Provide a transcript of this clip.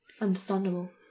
Understandable